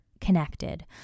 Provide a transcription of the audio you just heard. connected